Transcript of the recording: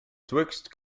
twixt